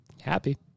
Happy